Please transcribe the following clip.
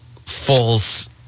falls